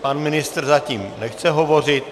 Pan ministr zatím nechce hovořit.